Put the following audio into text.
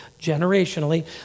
generationally